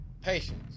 Patience